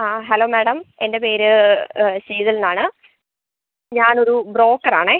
ആ hello madam എൻ്റെ പേര് ശീതൾ എന്നാണ് ഞാനൊരു ബ്രോക്കറാണേ